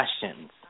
questions